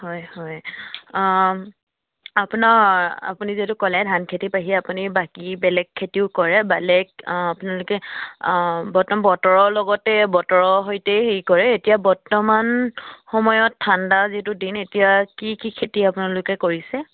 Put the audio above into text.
হয় হয় আপোনাৰ আপুনি যিহেতু ক'লে ধান খেতি বাহিৰে আপুনি বাকী বেলেগ খেতিও কৰে বেলেগ আপোনালোকে বৰ্তমান বতৰৰ লগতে বতৰৰ সৈতে হেৰি কৰে এতিয়া বৰ্তমান সময়ত ঠাণ্ডা যিটো দিন এতিয়া কি কি খেতি আপোনালোকে কৰিছে